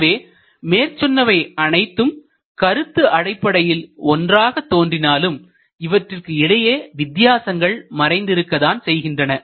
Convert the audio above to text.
எனவே மேற்சொன்னவை அனைத்தும் கருத்து அடிப்படையில் ஒன்றாக தோன்றினாலும் இவற்றிற்கு இடையே வித்தியாசங்கள் மறைந்து இருக்கத்தான் செய்கின்றன